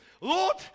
Lord